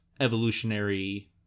evolutionary